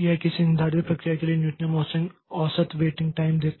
यह किसी निर्धारित प्रक्रिया के लिए न्यूनतम औसत वेटिंग टाइम देता है